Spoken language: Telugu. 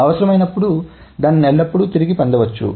అవసరమైనప్పుడు దాన్ని ఎల్లప్పుడూ తిరిగి పొందవచ్చు